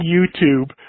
YouTube